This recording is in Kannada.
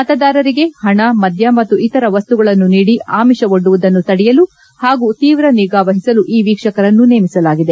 ಮತದಾರರಿಗೆ ಹಣ ಮದ್ದ ಮತ್ತು ಇತರ ವಸ್ತುಗಳನ್ನು ನೀಡಿ ಆಮಿಷವೊಡ್ಡುವುದನ್ನು ತಡೆಯಲು ಹಾಗೂ ತೀವ್ರ ನಿಗಾ ವಹಿಸಲು ಈ ವೀಕ್ವಕರನ್ನು ನೇಮಿಸಲಾಗಿದೆ